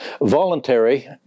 Voluntary